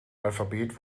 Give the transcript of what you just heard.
alphabet